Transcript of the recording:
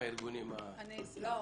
אני אשמח.